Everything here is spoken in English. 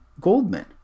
Goldman